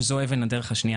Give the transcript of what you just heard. שזו אבן הדרך השנייה